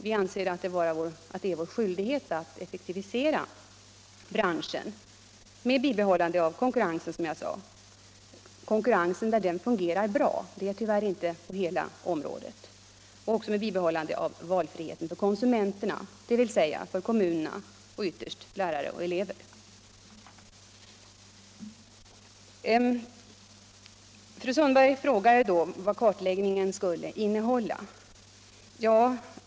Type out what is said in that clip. Vi anser att det är vår skyldighet att effektivisera branschen med bibehållande av konkurrensen — konkurrensen där den fungerar bra, det gör den tyvärr inte på hela området — och med bibehållande av valfriheten för konsumenterna, dvs. kommunerna och ytterst lärare och elever. Fru Sundberg frågade vad kartläggningen skulle innehålla.